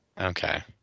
Okay